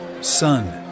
Son